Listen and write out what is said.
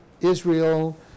Israel